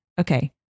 Okay